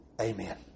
Amen